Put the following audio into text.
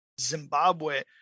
Zimbabwe